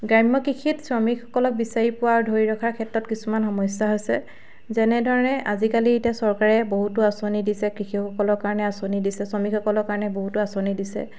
গ্ৰাম্য কৃষিত শ্ৰমিকসকলে বিচাৰি পোৱা আৰু ধৰি ৰখাৰ কিছুমান সমস্যা হৈছে যেনেধৰণে আজিকালি এতিয়া চৰকাৰে বহুতো আঁচনি দিছে কৃষকসকলৰ কাৰণে আঁচনি দিছে শ্ৰমিকসকলৰ কাৰণে বহুতো আঁচনি দিছে